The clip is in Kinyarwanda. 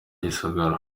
gisagara